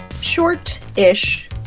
short-ish